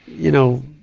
you know,